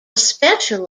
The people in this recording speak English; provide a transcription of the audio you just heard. special